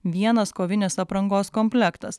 vienas kovinės aprangos komplektas